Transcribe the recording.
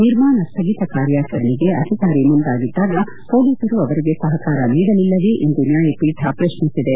ನಿರ್ಮಾಣ ಸ್ನಗಿತ ಕಾರ್ಯಾಚರಣೆಗೆ ಅಧಿಕಾರಿ ಮುಂದಾಗಿದ್ಗಾಗ ಪೊಲೀಸರು ಅವರಿಗೆ ಸಹಕಾರ ನೀಡಲಿಲ್ಲವೇ ಎಂದು ನ್ವಾಯಪೀಠ ಪ್ರಶ್ನಿಸಿದೆ